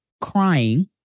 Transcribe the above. crying